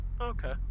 Okay